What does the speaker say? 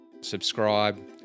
subscribe